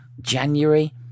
January